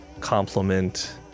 compliment